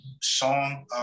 song